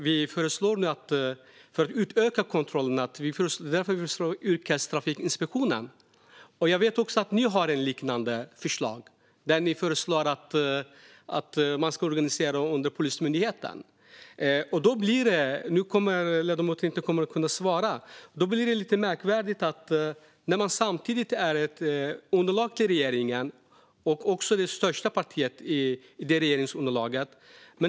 Vi föreslår därför att kontrollerna ska utökas och att yrkestrafikinspektionen ska öka. Jag vet att ni har liknande förslag. Ni föreslår att det ska organiseras under Polismyndigheten. Ledamoten kommer inte att kunna svara på detta. Men detta är lite märkligt; Sverigedemokraterna utgör underlag för regeringen och är det största partiet i regeringsunderlaget.